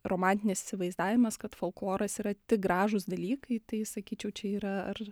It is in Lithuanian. romantinis įsivaizdavimas kad folkloras yra tik gražūs dalykai tai sakyčiau čia yra ar